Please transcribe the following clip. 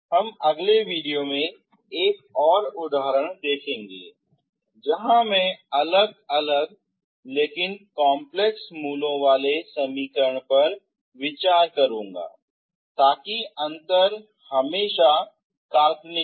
हम अगले वीडियो में एक और उदाहरण देखेंगे जहां मैं अलग लेकिन जटिल मूलों वाले समीकरण पर विचार करूंगा ताकि अंतर हमेशा काल्पनिक रहे